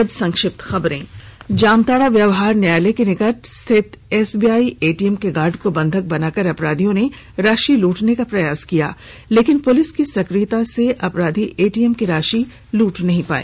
और अब संक्षिप्त खबरें जामताड़ा व्यवहार न्यायालय के समीप स्थित एसबीआई एटीएम के गार्ड को बंधक बनाकर अपराधियों ने राशि लूटने का प्रयास कियालेकिन पुलिस की सक्रियता से अपराधी एटीएम की राशि लुटने में सफल नहीं हो पाए